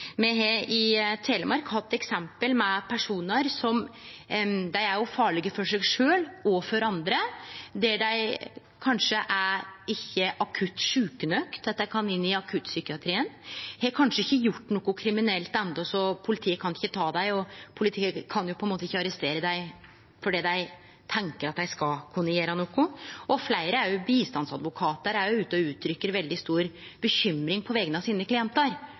Me har i Telemark hatt eksempel med personar som er farlege for seg sjølve og for andre, men dei er kanskje ikkje akutt sjuke nok til at dei kan inn i akuttpsykiatrien, og dei har kanskje ikkje gjort noko kriminelt enno, så politiet kan ikkje ta dei. Politiet kan på ein måte ikkje arrestere dei fordi dei tenkjer at dei skal kunne gjere noko. Fleire bistandsadvokatar er òg ute og uttrykker veldig stor bekymring på vegner av sine klientar,